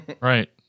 Right